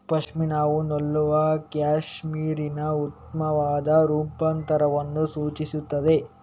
ಪಶ್ಮಿನಾವು ನೂಲುವ ಕ್ಯಾಶ್ಮೀರಿನ ಉತ್ತಮವಾದ ರೂಪಾಂತರವನ್ನು ಸೂಚಿಸುತ್ತದೆ